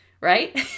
Right